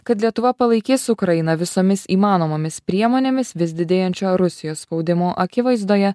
kad lietuva palaikys ukrainą visomis įmanomomis priemonėmis vis didėjančio rusijos spaudimo akivaizdoje